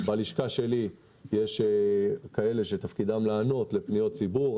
בלשכה שלי יש מי שתפקידם לענות לפניות ציבור.